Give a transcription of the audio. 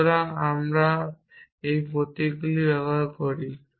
সুতরাং আমি এই প্রতীকগুলি ব্যবহার করি